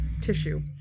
tissue